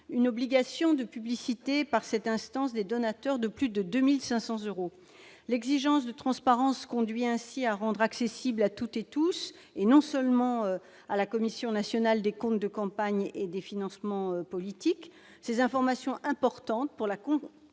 une obligation de publicité par cette instance des donateurs de plus de 2 500 euros. L'exigence de transparence conduit ainsi à rendre accessibles à tous, et non pas seulement à la Commission nationale des comptes de campagne et des financements politiques, ces informations importantes pour la